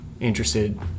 interested